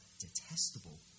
detestable